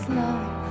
love